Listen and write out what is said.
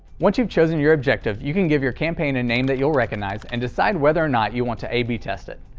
once you've chosen your objective, you can give your campaign a name you'll recognize and decide whether or not you want to a b test it.